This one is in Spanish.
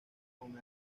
con